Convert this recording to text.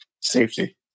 Safety